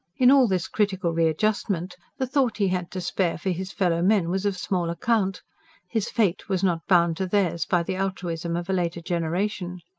in all this critical readjustment, the thought he had to spare for his fellow-men was of small account his fate was not bound to theirs by the altruism of a later generation.